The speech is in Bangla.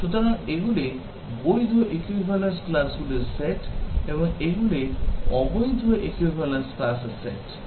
সুতরাং এগুলি বৈধ equivalence class গুলির সেট এবং এগুলি অবৈধ equivalence classর সেট